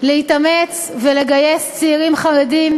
להתאמץ ולגייס צעירים חרדים.